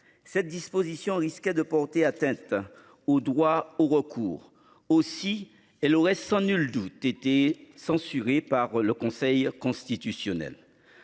Cette disposition risquait de porter atteinte au droit au recours aussi. Elle aurait sans nul doute été censuré par le Conseil constitutionnel.